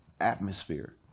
atmosphere